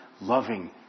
loving